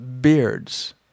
beards